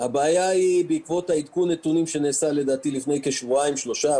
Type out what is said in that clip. הבעיה נוצרה בעקבות עדכון נתונים שנעשה לפני כשבועיים-שלושה,